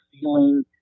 feeling